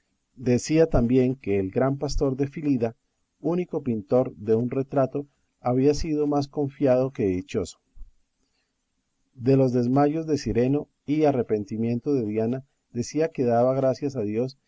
decía también que el gran pastor de fílida único pintor de un retrato había sido más confiado que dichoso de los desmayos de sireno y arrepentimiento de diana decía que daba gracias a dios